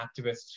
activists